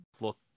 look